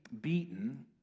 beaten